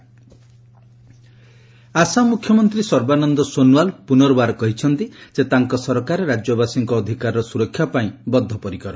Assam CM appeal Assam ମୁଖ୍ୟମନ୍ତ୍ରୀ ସର୍ବାନନ୍ଦ ସୋନୱାଲ ପୁନର୍ବାର କହିଛନ୍ତି ଯେ ତାଙ୍କ ସରକାର ରାଜ୍ୟବାସୀଙ୍କ ଅଧିକାରର ସୁରକ୍ଷା ପାଇଁ ବଦ୍ଧପରିକର